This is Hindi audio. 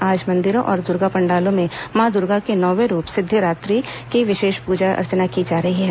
आज मंदिरों और दुर्गा पंडालों में मां दुर्गा के नौवें रूप सिद्दीदात्री की विशेष पूजा अर्चना की जा रही है